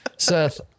Seth